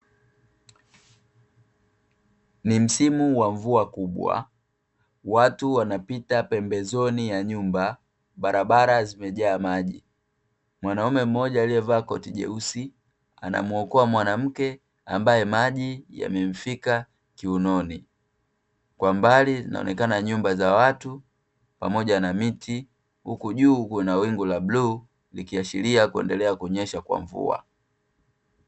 Ni msimu wa mvua kubwa, watu wanapita pembezoni ya nyumba, barabara zimejaa maji, mwanaume mmoja aliyevaa koti jeusi anamuokoa mwanamke ambaye maji yamemfika kiunoni, kwa mbali zinaonekana nyumba za watu pamoja na miti, huku juu kuna wingu la bluu likiashiria kuendelea kunyesha kwa mvua,